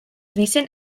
recent